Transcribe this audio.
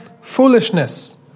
foolishness